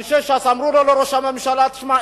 אנשי ש"ס אמרו לראש הממשלה: תשמע,